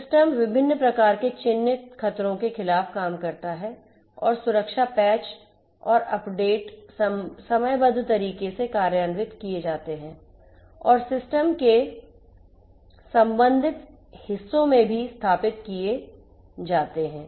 system विभिन्न प्रकार के चिन्हित खतरों के खिलाफ काम करता है और सुरक्षा पैच और अपडेट समयबद्ध तरीके से कार्यान्वित किए जाते हैं और सिस्टम के संबंधित हिस्सों में भी स्थापित किए जाते हैं